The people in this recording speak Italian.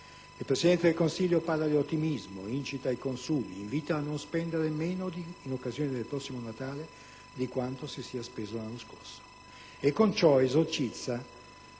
Il Presidente del Consiglio parla di ottimismo, incita ai consumi, invita a non spendere meno, in occasione del prossimo Natale, di quanto si sia speso l'anno scorso e con ciò esorcizza i dati